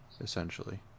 Essentially